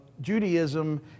Judaism